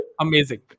amazing